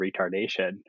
retardation